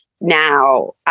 Now